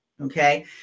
Okay